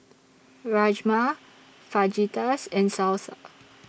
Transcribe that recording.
Rajma Fajitas and Salsa